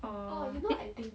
or